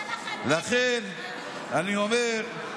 לכן אני אומר,